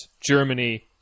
Germany